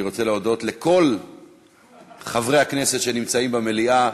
אני רוצה להודות לכל חברי הכנסת שנמצאים במליאה,